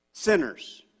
sinners